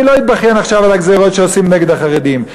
אני לא אתבכיין עכשיו על הגזירות שעושים נגד החרדים,